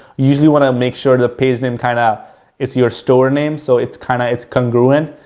usually want to make sure that pays name kind of it's your store name, so it's kind of, it's congruent.